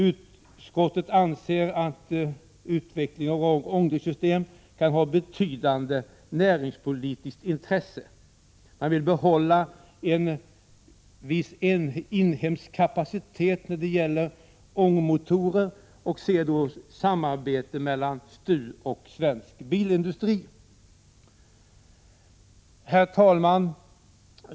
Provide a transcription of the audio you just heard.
Utskottet finner emellertid att frågan är av betydande näringspolitiskt intresse. Det är därför önskvärt att en viss inhemsk kapacitet på området kan vidmakthållas i samarbete med bilindustrin, t.ex. inom ramen för STU:s insatser på motorområdet.” Herr talman!